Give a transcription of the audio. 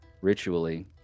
ritually